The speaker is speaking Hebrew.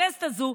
לכנסת הזו,